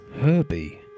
herbie